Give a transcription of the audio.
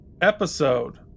episode